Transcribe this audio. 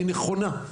היא נכונה.